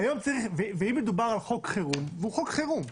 ואם מדובר על חוק חירום, והוא חוק חירום,